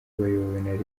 bayobowe